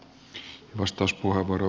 arvoisa puhemies